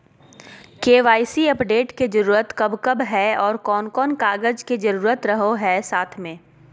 KYC update के जरूरत कब कब है और कौन कौन कागज के जरूरत रहो है साथ में?